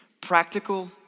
Practical